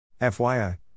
FYI